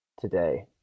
today